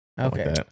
Okay